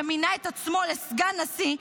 שמינה את עצמו לסגן נשיא,